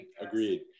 agreed